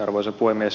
arvoisa puhemies